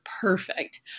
perfect